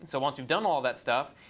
so once you've done all that stuff,